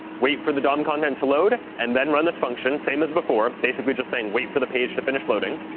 wait for the dom content to load, and then run this function. same as before, before, basically just saying, wait for the page to finish loading.